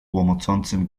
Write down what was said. łomocącym